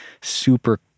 super